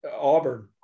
Auburn